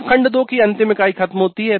अब खंड 2 की अंतिम इकाई ख़त्म होती है